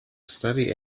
study